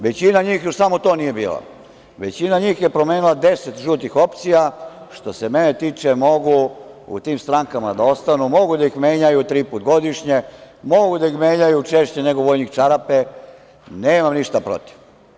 Većina njih još samo to nije bila, većina njih je promenila 10 žutih opcija, što se mene tiče mogu u tim strankama da ostanu, mogu da ih menjaju tri puta godišnje, mogu da ih menjaju češće nego vojnik čarape, nemam ništa protiv.